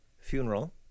funeral